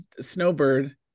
snowbird